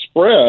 spread